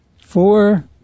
four